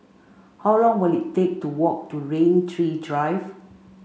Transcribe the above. how long will it take to walk to Rain Tree Drive